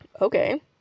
okay